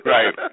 Right